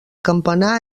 campanar